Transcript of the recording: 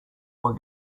were